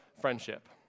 friendship